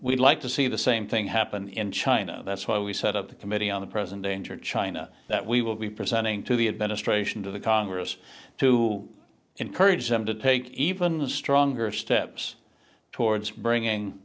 we'd like to see the same thing happen in china that's why we set up the committee on the present danger china that we will be presenting to the administration to the congress to encourage them to take even stronger steps towards bringing